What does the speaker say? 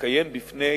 יתקיים בפני